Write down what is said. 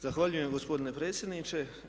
Zahvaljujem gospodine potpredsjedniče.